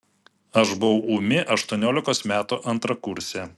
aš buvau ūmi aštuoniolikos metų antrakursė